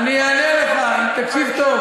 אענה לך, תקשיב טוב.